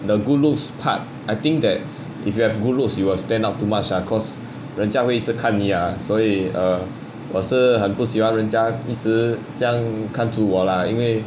the good looks part I think that if you have good looks you will stand up too much ah cause 人家会一直看你啊所以 err 我是很不喜欢人家一直将看住我啦因为:wo shi hen bu xi huan ren jia yi zhi jiangang kan zhu wo la yin wei